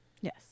Yes